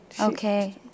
Okay